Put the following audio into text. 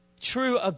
True